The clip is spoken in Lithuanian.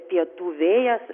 pietų vėjas